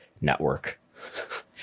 network